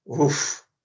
Oof